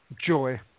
joy